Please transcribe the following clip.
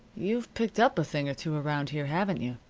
you've picked up a thing or two around here, haven't you?